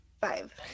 five